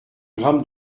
grammes